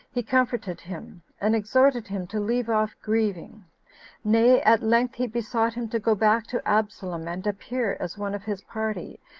he comforted him, and exhorted him to leave off grieving nay, at length he besought him to go back to absalom, and appear as one of his party,